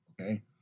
Okay